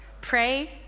Pray